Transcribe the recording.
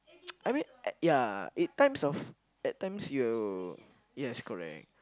I mean at ya in times of at times you yes correct